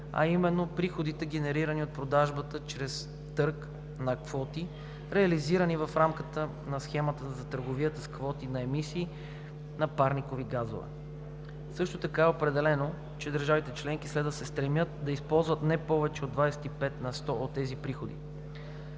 а именно приходите, генерирани от продажба чрез търг на квоти, реализирани в рамките на Схемата за търговия с квоти за емисии на парникови газове. Също така е определено, че държавите – членки следва да се стремят да използват не повече от 25 на сто от тези приходи.